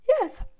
Yes